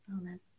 Amen